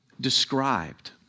described